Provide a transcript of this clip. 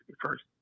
first